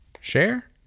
share